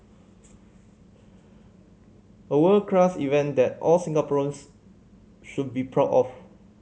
a world class event that all Singaporeans should be proud of